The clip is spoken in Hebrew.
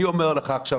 אני אומר לך עכשיו,